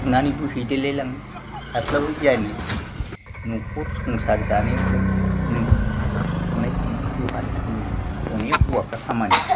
सुनानैबो हैदेरलाय लाङो हास्लाबा जानाय नखर संसार जानायाव लाय नों हेफाजाब संनाय खावनायाव हेफाजाब अनेक हौवाफ्रा खामानि